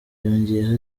yongeyeho